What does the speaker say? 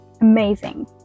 amazing